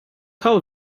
call